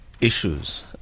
issues